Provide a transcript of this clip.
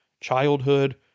childhood